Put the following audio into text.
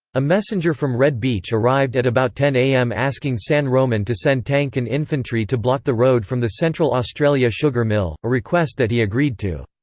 a messenger from red beach arrived at about ten zero am asking san roman to send tank and infantry to block the road from the central australia sugar mill, a request that he agreed to.